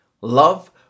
Love